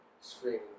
screaming